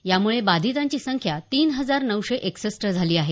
यामुळे बाधितांची संख्या तीन हजार नऊशे एकसृष्ट झाली आहे